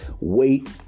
wait